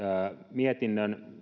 mietinnön